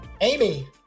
Amy